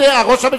השר ארדן.